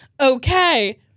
Okay